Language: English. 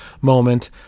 moment